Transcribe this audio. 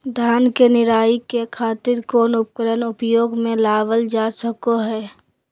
धान के निराई के खातिर कौन उपकरण उपयोग मे लावल जा सको हय?